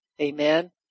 amen